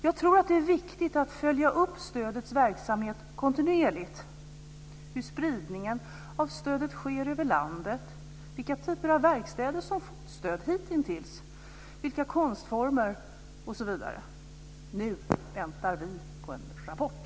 Jag tror att det är viktigt att följa upp stödets verksamhet kontinuerligt - hur spridningen av stödet sker över landet, vilka typer av verkstäder som hittills fått stöd, vilka konstformerna är, osv. Nu väntar vi på en rapport.